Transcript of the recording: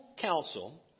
counsel